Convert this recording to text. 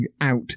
out